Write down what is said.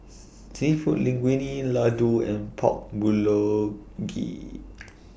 Seafood Linguine Ladoo and Pork Bulgogi